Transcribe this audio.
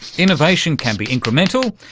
innovation can be incremental,